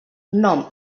nom